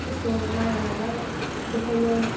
खस्थ' नाङा नालाय बेखायनो